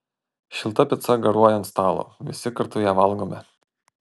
šilta pica garuoja ant stalo visi kartu ją valgome